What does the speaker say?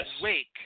Wake